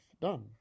done